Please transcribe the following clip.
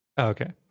Okay